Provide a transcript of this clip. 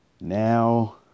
now